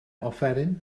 offeryn